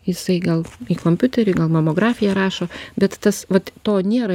jisai gal į kompiuterį gal mamografiją rašo bet tas vat to nėra